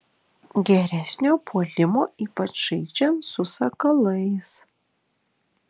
geresnio puolimo ypač žaidžiant su sakalais